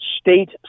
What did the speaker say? state